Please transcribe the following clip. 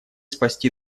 спасти